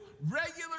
regular